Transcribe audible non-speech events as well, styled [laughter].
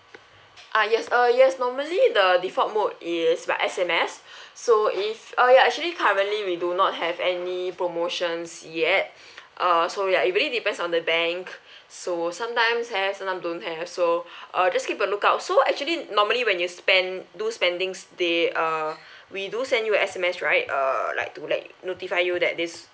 ah yes uh yes normally the default mode is by S_M_S [breath] so if uh ya actually currently we do not have any promotions yet [breath] err so ya it really depends on the bank so sometimes have some time don't have so [breath] err just keep a lookout so actually normally when you spend do spendings they uh [breath] we do send you S_M_S right uh like to like notify you that this